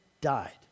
died